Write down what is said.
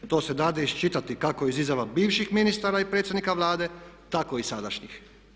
To se da isčitati kako iz izjava bivših ministara i predsjednika Vlade tako i sadašnjih.